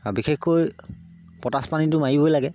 আৰু বিশেষকৈ পটাছ পানীটো মাৰিবই লাগে